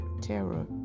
terror